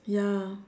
ya